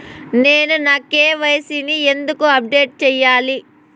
నేను నా కె.వై.సి ని ఎందుకు అప్డేట్ చెయ్యాలి?